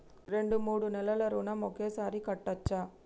రెండు మూడు నెలల ఋణం ఒకేసారి కట్టచ్చా?